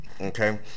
Okay